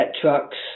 trucks